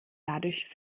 dadurch